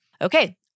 Okay